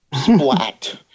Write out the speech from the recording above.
splat